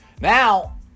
Now